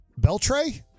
Beltray